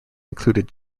included